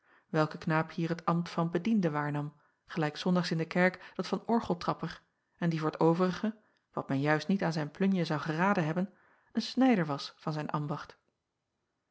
welke knaap hier het ambt van bediende waarnam gelijk s ondags in de kerk dat van orgeltrapper en die voor t overige wat men juist niet aan zijn plunje zou geraden hebben een snijder was van zijn ambacht